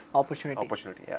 opportunity